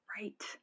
Right